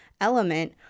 element